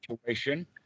situation